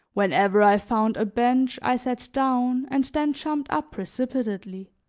whenever i found a bench i sat down and then jumped up precipitately.